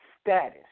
status